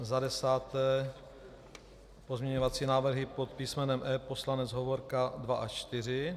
Za desáté pozměňovací návrhy pod písmenem E, poslanec Hovorka, 2 až 4.